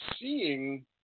seeing